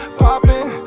popping